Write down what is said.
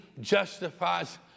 justifies